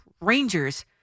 Rangers